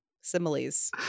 similes